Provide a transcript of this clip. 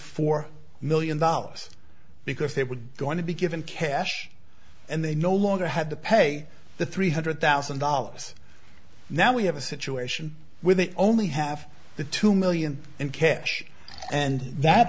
four million dollars because they were going to be given cash and they no longer had to pay the three hundred thousand dollars now we have a situation where they only have the two million in cash and that